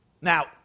Now